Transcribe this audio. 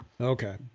Okay